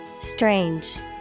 Strange